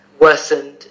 worsened